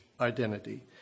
identity